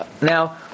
now